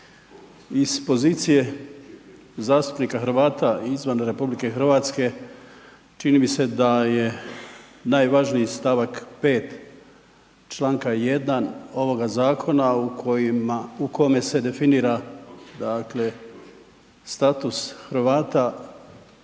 iz pozicije zastupnika Hrvata izvan RH čini mi se da je najvažniji stavak 5. Članka 1. ovoga zakona u kojima, u kome se definira dakle status Hrvata